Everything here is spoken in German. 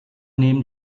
nehmen